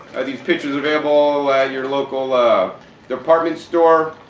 this pitcher's available at your local ah department store.